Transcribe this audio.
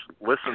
listen